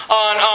on